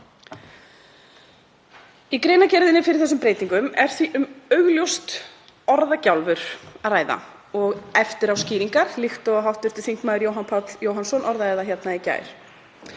Í greinargerðinni fyrir þessum breytingum er því um augljóst orðagjálfur að ræða og eftiráskýringar, líkt og hv. þm. Jóhann Páll Jóhannsson orðaði það hérna í gær.